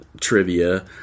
trivia